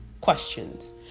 questions